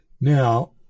now